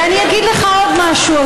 ואני אגיד לך עוד משהו,